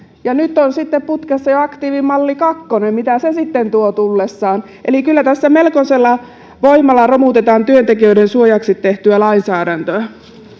ja nyt on sitten putkessa jo aktiivimalli kakkonen mitä se sitten tuo tullessaan eli kyllä tässä melkoisella voimalla romutetaan työntekijöiden suojaksi tehtyä lainsäädäntöä